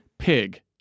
Pig